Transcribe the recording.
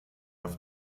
auf